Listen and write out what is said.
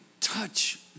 touch